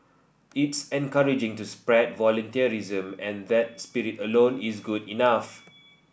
it's encouraging to spread voluntarism and that spirit alone is good enough